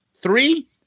three